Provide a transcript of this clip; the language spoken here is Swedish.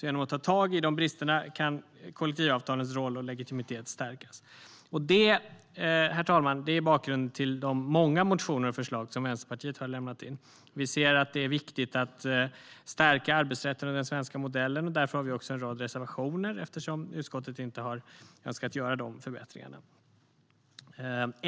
Genom att ta tag i de bristerna kan kollektivavtalens roll och legitimitet stärkas. Detta, herr talman, är bakgrunden till de många motioner och förslag som Vänsterpartiet har lämnat in. Vi ser att det är viktigt att stärka arbetsrätten och den svenska modellen. Därför har vi också en rad reservationer, eftersom utskottet inte har önskat göra de förbättringarna.